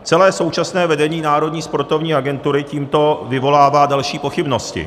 Celé současné vedení Národní sportovní agentury tímto vyvolává další pochybnosti.